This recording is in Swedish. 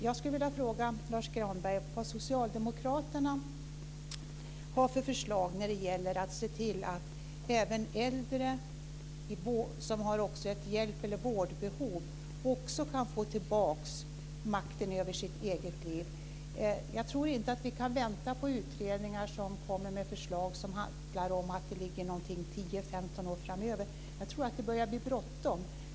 Jag skulle vilja fråga Lars Granberg vad socialdemokraterna har för förslag när det gäller att se till att även äldre som har ett hjälp eller vårdbehov kan få tillbaka makten över sitt eget liv. Jag tror inte att vi kan vänta på utredningar som kommer med förslag som handlar om att det ligger någonting 10-15 år framöver. Jag tror att det börjar bli bråttom.